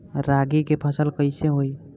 रागी के फसल कईसे होई?